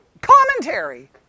commentary